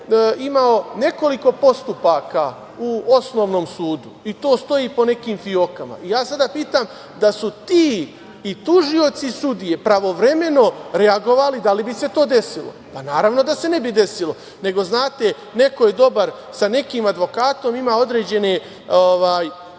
imao nekoliko postupaka u osnovnom sudu i to stoji po nekim fiokama. Ja sada pitam, da su ti i tužioci i sudije pravovremeno reagovali, da li bi se to desilo? Naravno da se ne bi desilo, nego, znate, neko je dobar sa nekim advokatom, ima određene…